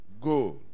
Go